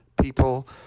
people